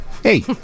Hey